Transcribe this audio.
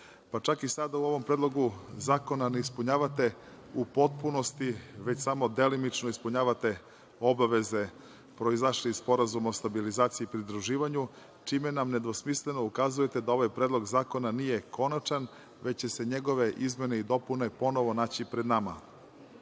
EU. Čak i sada u ovom predlogu zakona ne ispunjavate u potpunosti, već samo delimično ispunjavate obaveze proizašle iz SSP, čime nam nedvosmisleno ukazujete da ovaj predlog zakona nije konačan, već će se njegove izmene i dopune ponovo naći pred